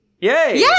Yay